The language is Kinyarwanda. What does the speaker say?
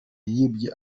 yibye